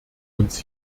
uns